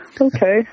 Okay